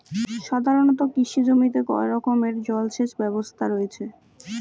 সাধারণত কৃষি জমিতে কয় রকমের জল সেচ ব্যবস্থা রয়েছে?